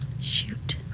Shoot